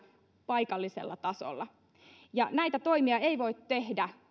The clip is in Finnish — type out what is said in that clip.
paikallisella tasolla näitä toimia ei voi tehdä